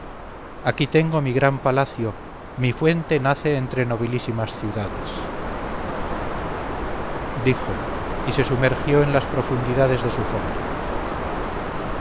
aquí tengo mi gran palacio mi fuente nace entre nobilísimas ciudades dijo y se sumergió en las profundidades de su fondo